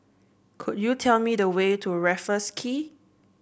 could you tell me the way to Raffles Quay